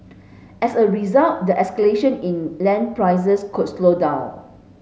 as a result the escalation in land prices could slow down